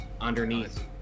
underneath